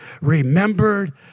remembered